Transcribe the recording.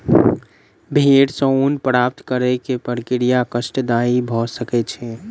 भेड़ सॅ ऊन प्राप्त करै के प्रक्रिया कष्टदायी भ सकै छै